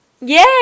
Yay